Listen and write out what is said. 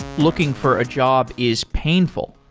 looking for a job is painful.